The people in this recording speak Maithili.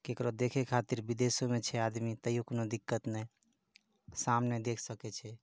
केकरो देखै खातिर विदेशो मे छै आदमी तैओ कोनो दिक्कत नहि सामने देख सकै छै